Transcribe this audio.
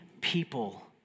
people